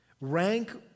rank